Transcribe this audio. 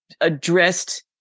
addressed